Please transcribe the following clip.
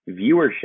viewership